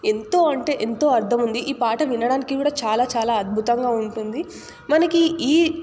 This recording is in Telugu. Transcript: ఎంతో అంటే ఎంతో అర్థం ఉంది ఈ పాట వినడానికి కూడా చాలా చాలా అద్భుతంగా ఉంటుంది మనకి ఈ